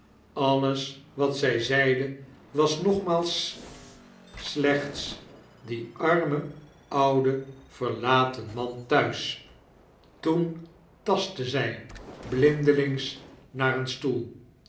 alles watzij zeide was nogmaals slechts die arme oude verlaten man thuis toen tastte zij blindelings naar een stoel